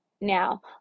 Now